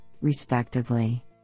respectively